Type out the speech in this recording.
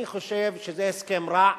אני חושב שזה הסכם רע,